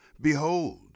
behold